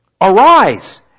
Arise